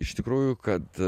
iš tikrųjų kad